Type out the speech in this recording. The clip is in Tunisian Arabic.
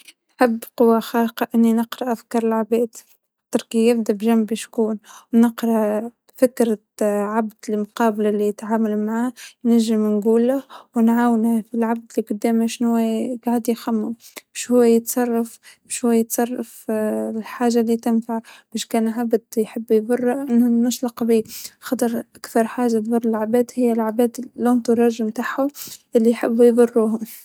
أعتقد إنه كلياتنا عنا قوى خارقة بس بمفهوم مختلف عن القصص الخرافية وقصص الأبطال الخارقين، كل واحد فينا عنده ال-القوة الخاصة فيه، اللي يقدر بها يساعد مو شرط إنه يكون بيطير ،مو شرط إنه يكون عنده قدرة عالإختفاء، لكن كلياتنا عنا قدرات.